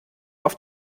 auf